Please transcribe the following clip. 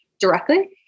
Directly